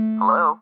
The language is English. Hello